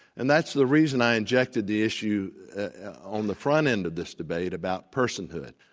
and that's the reason i injected the issue on the front end of this debate about personhood.